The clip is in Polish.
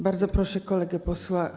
Bardzo proszę kolegę posła.